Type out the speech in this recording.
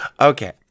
Okay